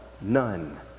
none